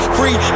Free